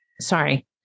sorry